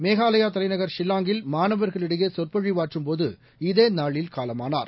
மேகாலயதலைநகர் ஷில்லாங்கில் மாணவர்களிடையேசொற்பொழிவாற்றம்போது இதேநாளில் காலமானார்